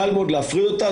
קל מאוד להפריד אותה,